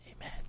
Amen